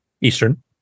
Eastern